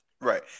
right